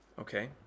Okay